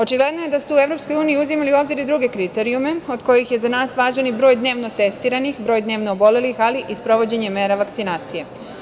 Očigledno je da su u EU uzimali u obzir i druge kriterijume od kojih je za nas važan broj dnevno testiranih, broj dnevno obolelih, ali i sprovođenje mera vakcinacije.